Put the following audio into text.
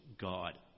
God